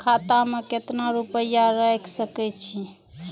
खाता में केतना रूपया रैख सके छी?